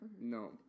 No